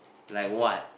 like what